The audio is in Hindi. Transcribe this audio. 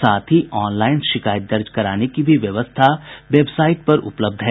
साथ ही ऑनलाइन शिकायत दर्ज कराने की भी व्यवस्था वेबसाईट पर उपलब्ध है